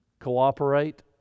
Cooperate